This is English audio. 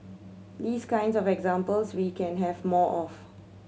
these kinds of examples we can have more of